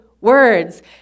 words